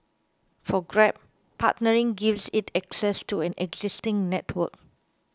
for Grab partnering gives it access to an existing network